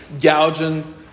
gouging